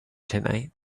tonight